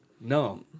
No